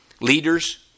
Leaders